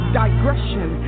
digression